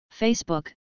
Facebook